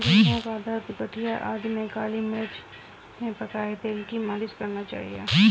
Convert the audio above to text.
जोड़ों का दर्द, गठिया आदि में काली मिर्च में पकाए तेल की मालिश करना चाहिए